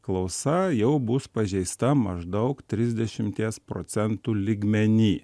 klausa jau bus pažeista maždaug trisdešimties procentų lygmeny